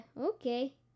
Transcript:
Okay